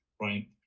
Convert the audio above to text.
right